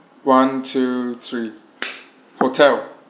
one two three hotel